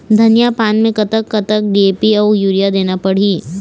धनिया पान मे कतक कतक डी.ए.पी अऊ यूरिया देना पड़ही?